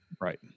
right